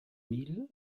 mille